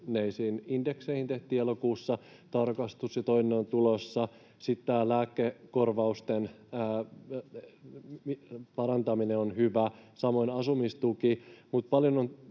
tehtiin elokuussa tarkastus ja toinen on tulossa. Sitten tämä lääkekorvausten parantaminen on hyvä, samoin asumistuki.